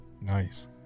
nice